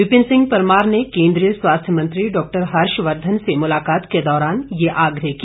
विपिन सिंह परमार ने केंद्रीय स्वास्थ्य मंत्री डॉक्टर हर्ष वर्धन से मुलाकात के दौरान ये आग्रह किया